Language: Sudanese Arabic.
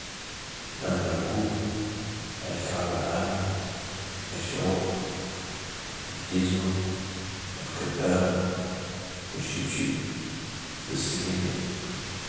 المركوب ، الكعب العالي ، الشبط ، الجزمة ، الكدارة و الشبشب و السفنجة